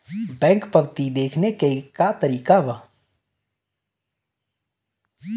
Bank पवती देखने के का तरीका बा?